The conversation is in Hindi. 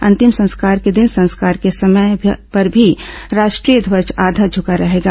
अंतिम संस्कार के दिन संस्कार के स्थान पर भी राष्ट्रीय ध्वज आधा झुका रहेगा